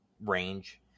range